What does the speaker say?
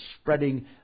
spreading